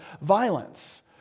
violence